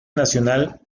nacional